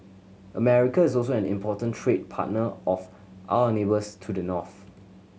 America is also an important trade partner of our neighbours to the north